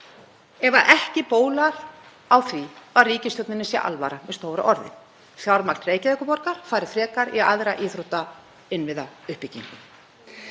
ef ekki bóli á því að ríkisstjórninni sé alvara með stóru orðin. Fjármagn Reykjavíkurborgar fari frekar í aðra íþróttainnviðauppbyggingu.